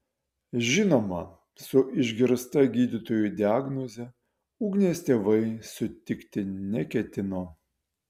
žinoma su išgirsta gydytojų diagnoze ugnės tėvai sutikti neketino